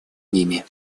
ними